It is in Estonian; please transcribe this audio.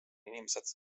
inimesed